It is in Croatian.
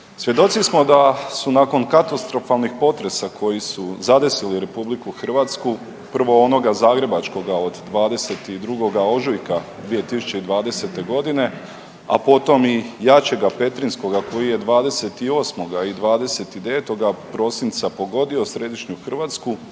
Svjedoci smo da su nakon katastrofalnih potresa koji su zadesili RH, prvo onoga zagrebačkoga od 22. ožujka 2020.g., a potom i jačega petrinjskoga koji je 28. i 29. prosinca pogodio središnju Hrvatsku